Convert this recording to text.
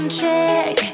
check